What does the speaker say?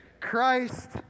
Christ